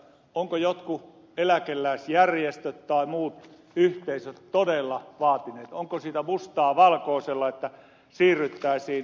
ovatko jotkut eläkeläisjärjestöt tai muut yhteisöt todella vaatineet onko siitä mustaa valkoisella että siirryttäisiin tällaiseen järjestelmään